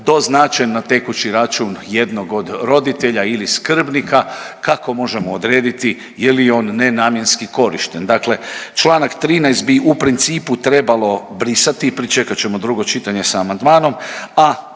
doznačen na tekući račun jednog od roditelja ili skrbnika. Kako možemo odrediti je li on nenamjenski korišten? Dakle čl. 13. bi u principu trebalo brisati. Pričekat ćemo drugo čitanje sa amandmanom,